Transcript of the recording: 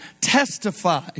testify